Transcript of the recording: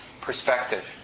perspective